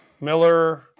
Miller